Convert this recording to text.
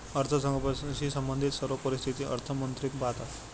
अर्थसंकल्पाशी संबंधित सर्व परिस्थिती अर्थमंत्री पाहतात